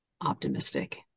optimistic